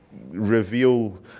reveal